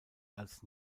als